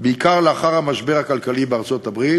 בעיקר לאחר המשבר הכלכלי בארצות-הברית,